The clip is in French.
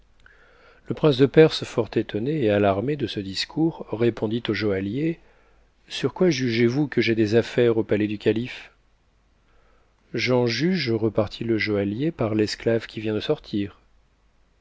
le prince de perse fort étonné et alarmé de ce discours répondit au joaillier sur quoi jugez-vous que j'ai des affaires au palais du calife j'en juge repartit le joaillier par l'esclave qui vient de sortir